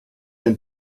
denn